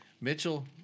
Mitchell